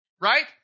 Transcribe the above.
right